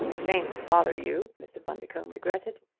shame to bother you, mr. bundercombe regretted.